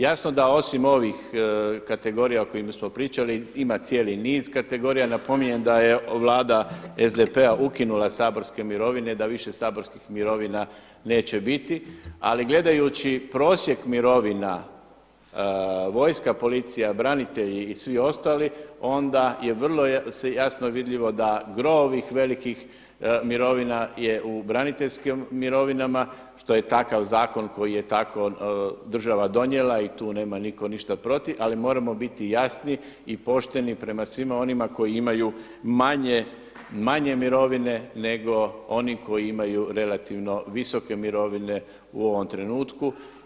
Jasno da osim ovih kategorija o kojima smo pričali ima cijeli niz kategorija, napominjem da je Vlada SDP-a ukinula saborske mirovine, da više saborskih mirovina neće biti ali gledajući prosjek mirovina, vojska policija, branitelji i svi ostali onda je vrlo jasno vidljivo da gro ovih velikih mirovina je u braniteljskim mirovinama što je takav zakon koji je tako država donijela i tu nema nitko ništa protiv ali moramo biti jasni i pošteni prema svima onima koji imaju manje mirovine nego oni koji imaju relativno visoke mirovine u ovom trenutku.